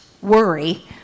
worry